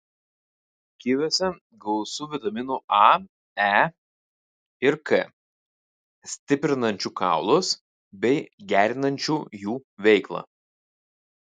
kiviuose gausu vitaminų a e ir k stiprinančių kaulus bei gerinančių jų veiklą